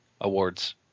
awards